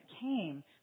came